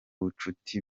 bucuti